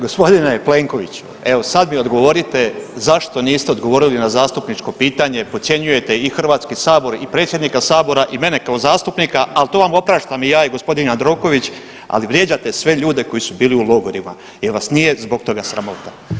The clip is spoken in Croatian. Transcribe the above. Gospodine Plenković, evo sad mi odgovorite zašto niste odgovorili na zastupničko pitanje, podcjenjujete i HS i predsjednika sabora i mene kao zastupnika, al to vam opraštam i ja i g. Jandroković, ali vrijeđate sve ljude koji su bili u logorima, jel vas nije zbog toga sramota?